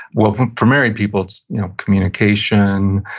well, for married people it's you know communication,